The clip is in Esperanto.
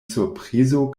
surprizo